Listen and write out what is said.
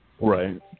Right